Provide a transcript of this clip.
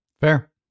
fair